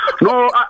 no